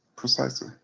precisely.